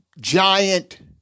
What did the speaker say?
giant